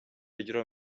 اجرا